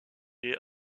est